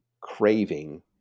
craving